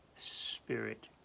Spirit